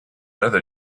other